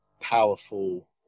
powerful